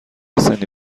سنی